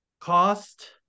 Cost